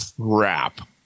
crap